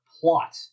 plot